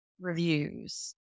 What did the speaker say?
reviews